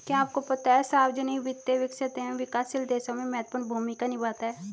क्या आपको पता है सार्वजनिक वित्त, विकसित एवं विकासशील देशों में महत्वपूर्ण भूमिका निभाता है?